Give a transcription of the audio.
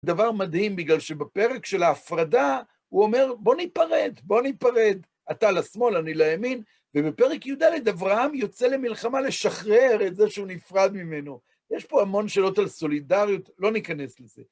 דבר מדהים, בגלל שבפרק של ההפרדה הוא אומר, בוא ניפרד, בוא ניפרד, אתה לשמאל, אני לימין, ובפרק י״ד אברהם יוצא למלחמה לשחרר את זה שהוא נפרד ממנו. יש פה המון שאלות על סולידריות, לא ניכנס לזה.